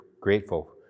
grateful